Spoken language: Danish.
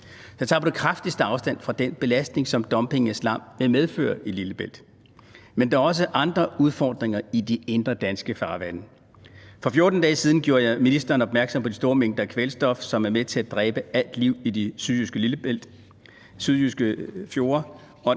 Jeg tager på det kraftigste afstand fra den belastning, som dumpingen af slam vil medføre i Lillebælt. Men der er også andre udfordringer i de indre danske farvande. For 14 dage siden gjorde jeg ministeren opmærksom på de store mængder kvælstof, som er med til at dræbe alt liv i de sydjyske fjorde.